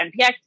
Npx